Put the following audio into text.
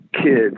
Kids